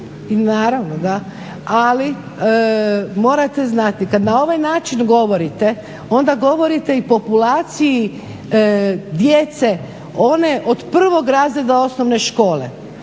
zalagala, ali morate znati kad na ovaj način govorite onda govorite i populaciji djece one od prvog razreda osnovne škole